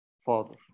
father